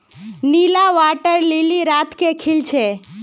नीला water lily रात के खिल छे